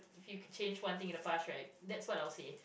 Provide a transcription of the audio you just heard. if you could change one thing in the past right that's what I would say